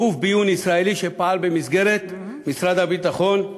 גוף ביון ישראלי שפעל במסגרת משרד הביטחון.